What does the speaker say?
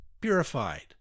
purified